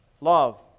love